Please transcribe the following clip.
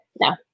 No